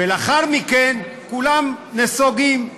ולאחר מכן כולם נסוגים.